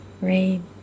rain